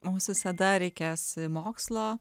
mums visada reikės mokslo